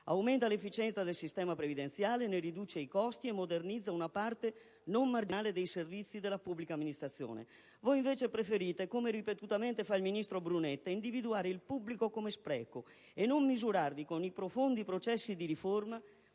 aumenta l'efficienza del sistema previdenziale, ne riduce i costi e modernizza una parte non marginale dei servizi della pubblica amministrazione. Voi, invece, preferite, come fa ripetutamente il ministro Brunetta, individuare il pubblico come spreco e non misurarvi con i profondi processi di riforma